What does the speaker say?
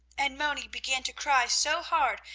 and moni began to cry so hard,